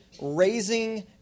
Raising